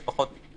זה פחות אלגנטי.